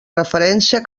referència